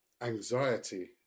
anxiety